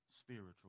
spiritual